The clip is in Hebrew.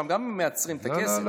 שם גם מייצרים את הכסף.